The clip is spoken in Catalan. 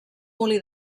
molí